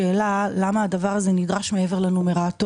אני לא קיבלתי תשובה לשאלה למה הדבר הזה נדרש מעבר לנומרטור,